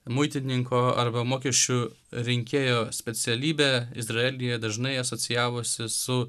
muitininko arba mokesčių rinkėjo specialybė izraelyje dažnai asocijavosi su